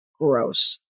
Gross